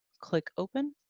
click open,